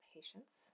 Patience